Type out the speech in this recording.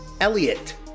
Elliot